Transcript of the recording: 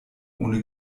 ohne